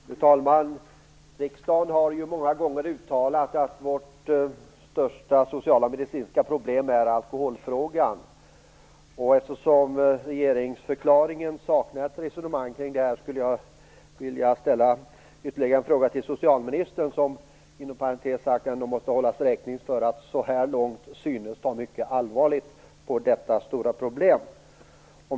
Fru talman! Riksdagen har många gånger uttalat att vårt största sociala och medicinska problem är alkoholfrågan. Eftersom regeringsförklaringen saknar ett resonemang kring detta skulle jag vilja ställa ytterligare en fråga till socialministern. Inom parentes sagt måste hon ändå hållas räkning för att hon så här långt synes ta mycket allvarligt på detta stora problem.